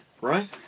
Right